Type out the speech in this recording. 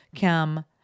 come